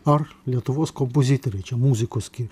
ar lietuvos kompozitoriai čia muzikos kiek